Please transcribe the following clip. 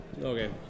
Okay